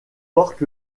porte